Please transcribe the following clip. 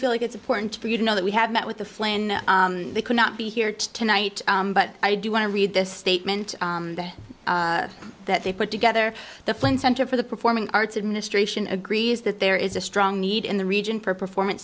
feel like it's important for you to know that we have met with the flan they could not be here tonight but i do want to read this statement that they put together the flynn center for the performing arts administration agrees that there is a strong need in the region for performance